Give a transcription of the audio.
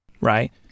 right